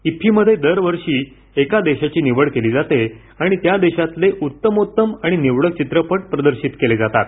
इफ्फीमध्ये दर वर्षी एका देशाची निवड केली जाते आणि त्या देशातले उत्तमोत्तम आणि निवडक चित्रपट प्रदर्शित केले जातात